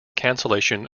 cancellation